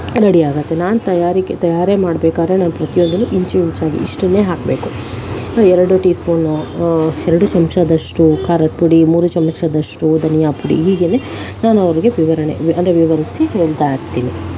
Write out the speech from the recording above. ರೆಡಿಯಾಗತ್ತೆ ನಾನು ತಯಾರಿಕೆ ತಯಾರಿ ಮಾಡಬೇಕಾದರೆ ನಾನು ಪ್ರತಿಯೊಂದನ್ನು ಇಂಚು ಇಂಚಾಗಿ ಇಷ್ಟನ್ನೇ ಹಾಕಬೇಕು ಎರಡು ಟೀಸ್ಪೂನ್ ಎರಡು ಚಮಚದಷ್ಟು ಖಾರದ ಪುಡಿ ಮೂರು ಚಮಚದಷ್ಟು ಧನಿಯಾ ಪುಡಿ ಹೀಗೆಯೇ ನಾನು ಅವರಿಗೆ ವಿವರಣೆ ಅಂದರೆ ವಿವರಿಸಿ ಹೇಳ್ತಾ ಇರ್ತೀನಿ